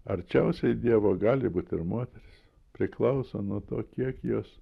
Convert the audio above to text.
arčiausiai dievo gali būt ir moteris priklauso nuo to kiek jos